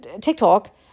TikTok